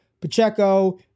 Pacheco